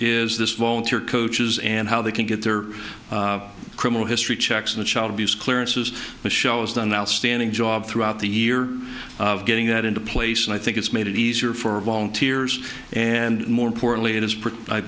is this volunteer coaches and how they can get their criminal history checks and child abuse clearances the show has done an outstanding job throughout the year of getting that into place and i think it's made it easier for volunteers and more importantly it is